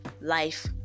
life